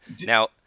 Now